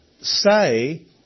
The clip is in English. say